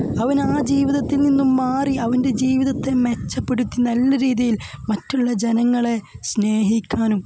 അവനാ ജീവിതത്തിൽ നിന്നും മാറി അവൻ്റെ ജീവിതത്തെ മെച്ചപ്പെടുത്തി നല്ല രീതിയിൽ മറ്റുള്ള ജനങ്ങളെ സ്നേഹിക്കാനും